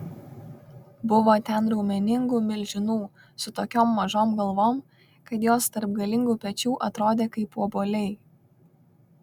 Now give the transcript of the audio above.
buvo ten raumeningų milžinų su tokiom mažom galvom kad jos tarp galingų pečių atrodė kaip obuoliai